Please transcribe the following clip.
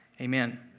amen